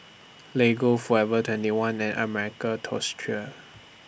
Lego Forever twenty one and American Tourister